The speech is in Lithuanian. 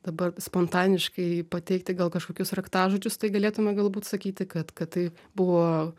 dabar spontaniškai pateikti gal kažkokius raktažodžius tai galėtume galbūt sakyti kad kad tai buvo